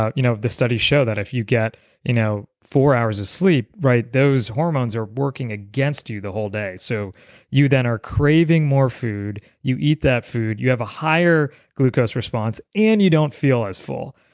ah you know the studies show that if you get you know four hours of sleep, those hormones are working against you the whole day. so you then are craving more food, you eat that food, you have a higher glucose response and you don't feel as full.